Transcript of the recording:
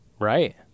right